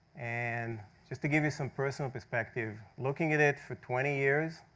and just to give you some personal perspective, looking at it for twenty years,